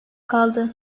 kaldı